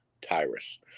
Tyrus